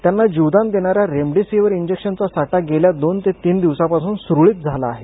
त्यांना जीवदान देणाऱ्या रेमडेसिव्हिरच्या इंजेक्शनचा साठा गेल्या दोन ते तीन दिवसांपासून सुरळीत झाला आहे